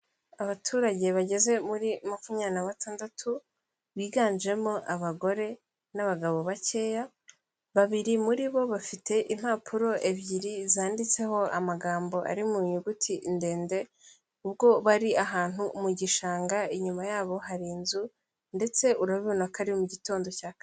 Abaturage bageze muri makumyabiri na batandatu, biganjemo abagore n'abagabo bakeya, babiri muri bo bafite impapuro ebyiri zanditseho amagambo ari mu nyuguti ndende, kuko bari ahantu mu gishanga inyuma yabo hari inzu, ndetse urabibona ko ari mu gitondo cya kare.